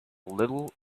little